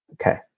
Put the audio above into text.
Okay